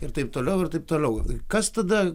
ir taip toliau ir taip toliau kas tada